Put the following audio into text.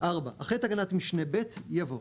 אחרי תקנת משנה (ב) יבוא: